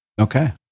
Okay